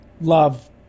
love